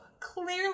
Clearly